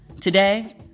today